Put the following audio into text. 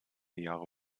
jahre